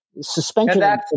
suspension